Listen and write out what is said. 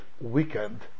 weekend